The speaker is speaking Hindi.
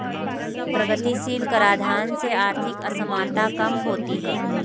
प्रगतिशील कराधान से आर्थिक असमानता कम होती है